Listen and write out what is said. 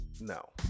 No